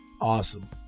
awesome